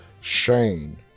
Shane